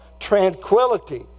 tranquility